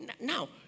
Now